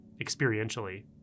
experientially